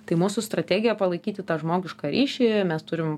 tai mūsų strategija palaikyti tą žmogišką ryšį mes turim